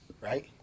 Right